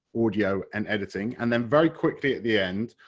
audio and editing and then very quickly at the end,